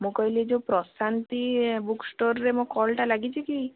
ମୁଁ କହିଲି ଯୋଉ ପ୍ରଶାନ୍ତି ବୁକ୍ ଷ୍ଟୋର୍ ରେ ମୋ କଲ୍ଟା ଲାଗିଛି କି